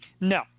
No